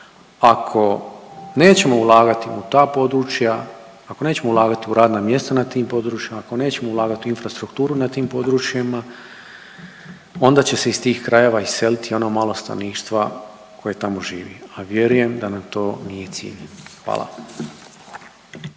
Ako nećemo ulagati u ta područja, ako nećemo ulagati u radna mjesta na tim područjima, ako nećemo ulagati u infrastrukturu na tim područjima onda će se iz tih krajeva iseliti i ono malo stanovništva koje tamo živi, a vjerujem da nam to nije cilj. Hvala.